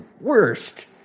worst